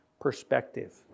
perspective